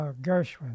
Gershwin